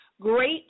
great